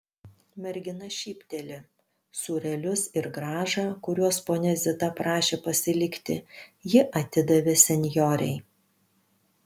mergina šypteli sūrelius ir grąžą kuriuos ponia zita prašė pasilikti ji atidavė senjorei